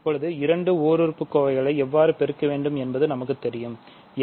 இப்போது இரண்டு ஓர் உறுப்பு கோவைகளை எவ்வாறு பெருக்க வேண்டும் என்பது நமக்குத் தெரியும்